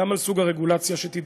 גם על סוג הרגולציה שתידרש